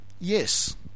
yes